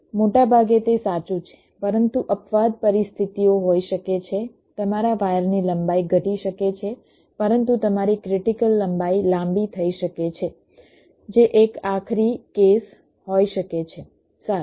મોટાભાગે તે સાચું છે પરંતુ અપવાદ પરિસ્થિતિઓ હોઈ શકે છે તમારા વાયરની લંબાઈ ઘટી શકે છે પરંતુ તમારી ક્રિટીકલ લંબાઈ લાંબી થઈ શકે છે જે એક આખરી કેસ હોઈ શકે છે સારું